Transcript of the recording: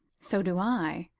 so do i.